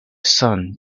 son